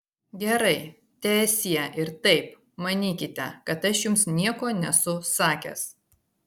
gerai teesie ir taip manykite kad aš jums nieko nesu sakęs